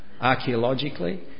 archaeologically